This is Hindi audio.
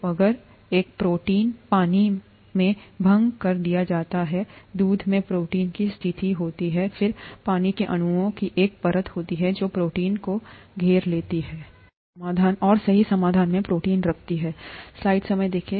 तो अगर एक प्रोटीन पानी में भंग कर दिया जाता है दूध में प्रोटीन की स्थिति होती है फिर पानी के अणुओं की एक परत होती है जो प्रोटीन को घेर लेती है और सही समाधान में प्रोटीन रखें